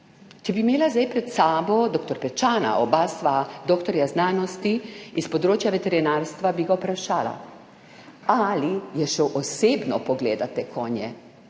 Če bi imela zdaj pred sabo dr. Pečana, oba sva doktorja znanosti iz področja veterinarstva, bi ga vprašala: Ali je šel osebno pogledati konje?